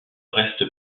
reste